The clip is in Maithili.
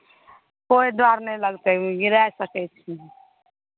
कोइ डर नहि लगतै गिराय सकै छियै